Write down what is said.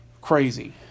Crazy